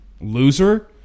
Loser